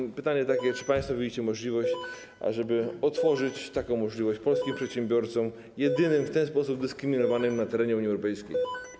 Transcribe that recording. I pytanie takie: Czy państwo widzicie szansę, ażeby stworzyć taką możliwość polskim przedsiębiorcom, jedynym w ten sposób dyskryminowanym na terenie Unii Europejskiej?